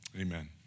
Amen